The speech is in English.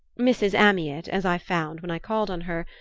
mrs. amyot, as i found when i called on her,